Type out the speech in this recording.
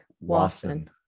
watson